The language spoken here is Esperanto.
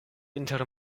inter